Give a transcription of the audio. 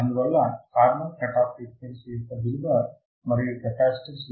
అందువల్ల corner cutoff frequency యొక్క విలువ మరియు కెపాసిటెన్స్